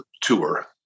tour